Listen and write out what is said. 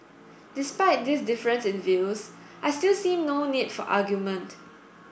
despite this difference in views I still see no need for argument